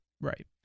Right